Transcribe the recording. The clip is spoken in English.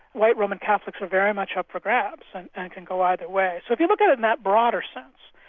white roman catholics are very much up for grabs and can go either way. so if you look at it in that broader sense,